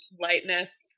lightness